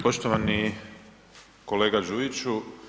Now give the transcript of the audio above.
Poštovani kolega Đujiću.